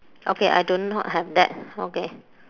okay I do not have that okay